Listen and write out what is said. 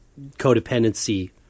codependency